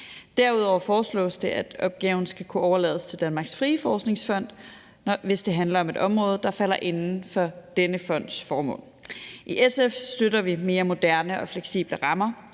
Derudover foreslås det, at opgaven skal kunne overlades til Danmarks Frie Forskningsfond, hvis det handler om et område, der falder ind for denne fonds formål. I SF støtter vi mere moderne og fleksible rammer,